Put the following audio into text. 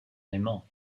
aimant